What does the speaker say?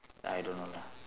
I don't know lah